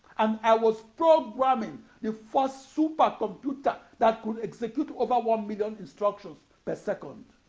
and i was programming the first supercomputer that could execute over one million instructions per second.